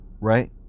right